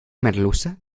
merluza